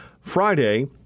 Friday